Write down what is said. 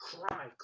Cry